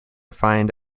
find